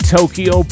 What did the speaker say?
Tokyo